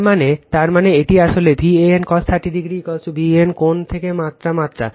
তার মানে তার মানে এইটা আসলে Van cos 30o Van কোণ থেকে মাত্রা মাত্র